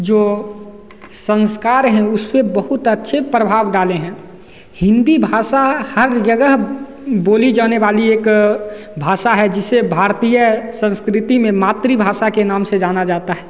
जो संस्कार हैं उस पे बहुत अच्छे प्रभाव डालेंहैं हिंदी भाषा हर जगह बोली जाने वाली एक भाषा है जिसे भारतीय संस्कृति में मातृभाषा के नाम से जाना जाता है